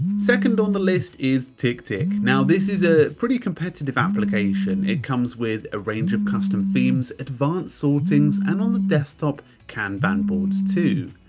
second on the list is ticktick. now this is a pretty competitive application. it comes with a range of custom themes, advanced sortings and on the desktop kanban boards too.